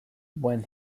buen